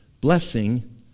blessing